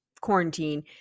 quarantine